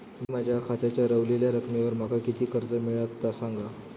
मी माझ्या खात्याच्या ऱ्हवलेल्या रकमेवर माका किती कर्ज मिळात ता सांगा?